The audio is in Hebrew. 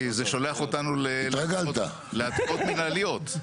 כי זה שולח אותנו לעתירות מנהליות.